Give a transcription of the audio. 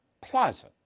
plaza